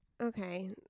okay